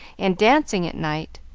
and dancing at night,